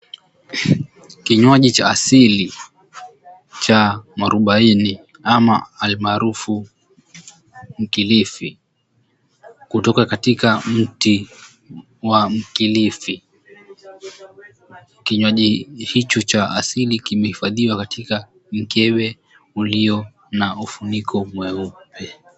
Kinywaji cha asili cha muarubaini ama almaarufu mkilifi kutoka kwa mti wa mkilifi. Kinywaji hicho cha asili kimehifadhiwa katika mkebe ulio na ufuniko mweupe.